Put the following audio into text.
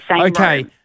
Okay